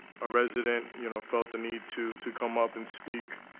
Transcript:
a resident, you know, felt the need to to come up and speak,